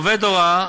עובדי הוראה,